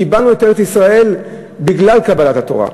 קיבלנו את ארץ-ישאל בגלל קבלת התורה.